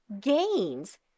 gains